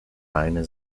beine